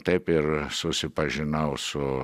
taip ir susipažinau su